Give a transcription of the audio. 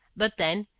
but then,